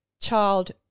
child